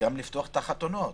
לפתוח גם את החתונות